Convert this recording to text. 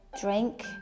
drink